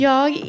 Jag